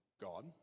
God